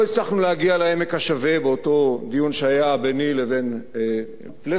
לא הצלחנו להגיע לעמק השווה באותו דיון שהיה ביני לבין פלסנר,